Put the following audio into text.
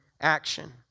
action